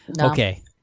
Okay